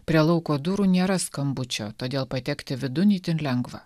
prie lauko durų nėra skambučio todėl patekti vidun itin lengva